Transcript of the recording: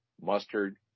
mustard